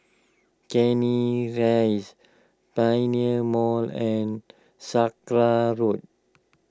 Canning Rise Pioneer Mall and Sakra Road